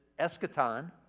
eschaton